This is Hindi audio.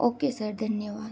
ओके सर धन्यवाद